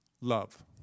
love